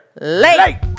LATE